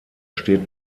steht